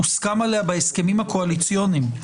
הוסכם עליה בהסכמים הקואליציוניים.